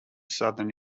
southern